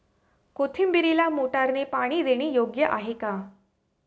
कोथिंबीरीला मोटारने पाणी देणे योग्य आहे का?